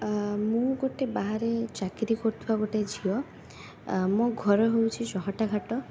ଆ ମୁଁ ଗୋଟେ ବାହାରେ ଚାକିରି କରୁଥିବା ଗୋଟେ ଝିଅ ଆ ମୋ ଘର ହଉଛି ଚହଟାଘାଟ